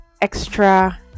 extra